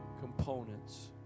components